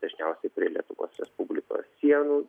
dažniausiai prie lietuvos respublikos sienų